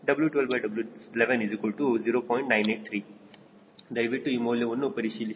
983 ದಯವಿಟ್ಟು ಈ ಮೌಲ್ಯವನ್ನು ಪರಿಶೀಲಿಸಿ